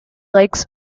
lakes